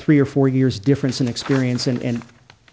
three or four years difference in experience in